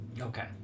Okay